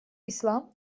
ислам